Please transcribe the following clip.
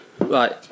Right